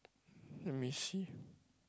let me see